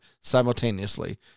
simultaneously